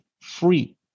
free